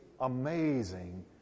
amazing